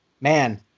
man –